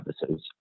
services